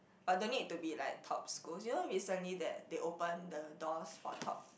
but don't need to be like top schools you know recently that they open the doors for top